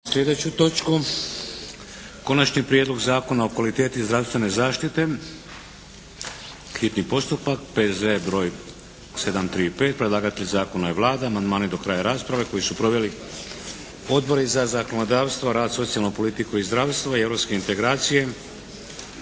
slijedeću točku. - Konačni prijedlog zakona o kvaliteti zdravstvene zaštite, hitni postupak, prvo i drugo čitanje. P.Z.E. br. 735 Predlagatelj zakona je Vlada. Amandmani do kraja rasprave. Proveli su Odbor za zakonodavstvo, rad, socijalnu politiku i zdravstvo i europske integracije.